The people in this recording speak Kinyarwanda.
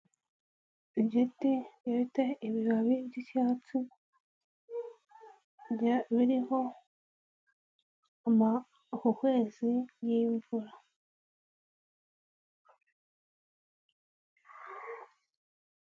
Igiti gifite ibibabi by'icyatsi, biriho amahuhwezi y'imvura.